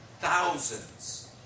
thousands